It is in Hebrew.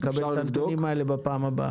אפשר לקבל את הנתונים האלה בפעם הבאה.